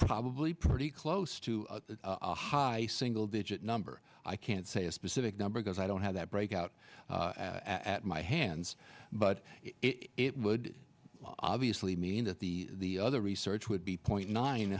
probably pretty close to a high single digit number i can't say a specific number because i don't have that breakout at my hands but it would obviously mean that the other research would be point nine